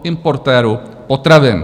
Importérů potravin.